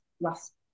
last